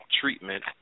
treatment